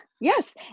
yes